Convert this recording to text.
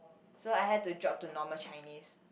so I had to drop to normal Chinese